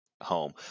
home